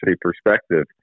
perspective